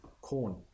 corn